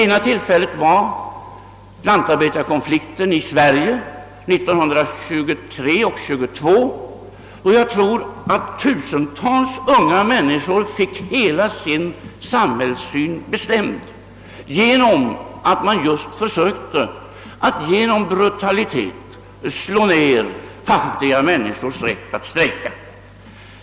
Den ena gången var lantarbetarkonflikten i Sverige 1922 och 1923. Jag tror att tusentals unga människor då fick hela sin samhällssyn bestämd just genom att man försökte att med brutalitet slå ned deras rätt att strejka.